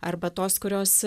arba tos kurios